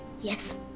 Yes